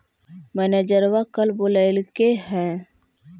मैनेजरवा कल बोलैलके है?